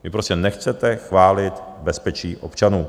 Vy prostě nechcete chránit bezpečí občanů.